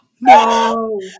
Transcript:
No